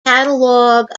catalogue